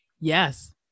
Yes